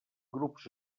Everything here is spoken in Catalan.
grups